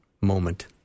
moment